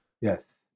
yes